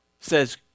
says